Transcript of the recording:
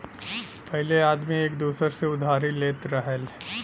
पहिले आदमी एक दूसर से उधारी लेत रहल